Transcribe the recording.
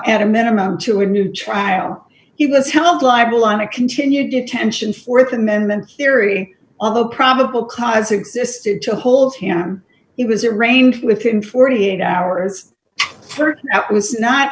at a minimum to a new trial he was held liable on a continued detention th amendment theory on the probable cause existed to hold him he was arraigned within forty eight hours that was not